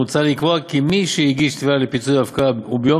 מוצע לקבוע כי מי שהגיש תביעה לפיצויי הפקעה וביום